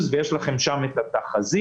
יש לכם שם את התחזית,